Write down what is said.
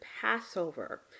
Passover